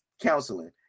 counseling